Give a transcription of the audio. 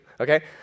Okay